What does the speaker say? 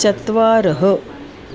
चत्वारः